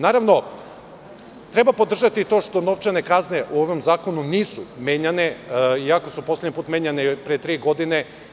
Naravno, treba podržati i to što novčane kazne u ovom zakonu nisu menjane, iako su poslednji put menjane pre tri godine.